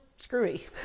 screwy